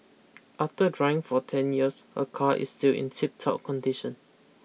after driving for ten years her car is still in tiptop condition